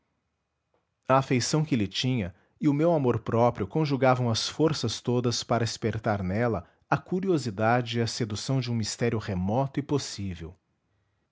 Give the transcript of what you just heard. afeição que lhe tinha e o meu amor-próprio conjugavam as forças todas para espertar nela a curiosidade e a sedução de um mistério remoto e possível